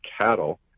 cattle